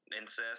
incest